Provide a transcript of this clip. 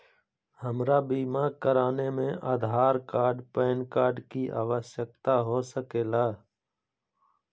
हमरा बीमा कराने में आधार कार्ड पैन कार्ड की आवश्यकता हो सके ला?